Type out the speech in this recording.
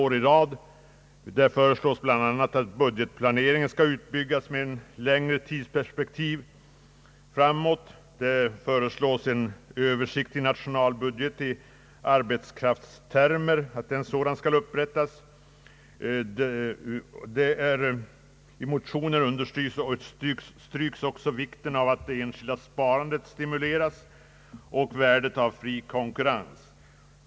BL a. föreslås att budgetplaneringen skall utbyggas med ett längre tidsperspektiv framåt och att en översiktlig nationalbudget i = arbetskraftstermer skall upprättas. I motionen understryks även vikten av att det enskilda sparandet stimuleras liksom värdet av fri konkurrens.